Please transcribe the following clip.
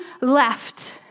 left